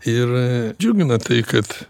ir džiugina tai kad